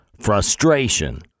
frustration